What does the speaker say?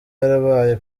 yarabaye